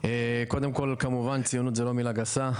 קודם כל, כמובן ציונות היא לא מילה גסה.